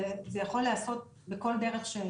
וזה יכול להיעשות בכל דרך,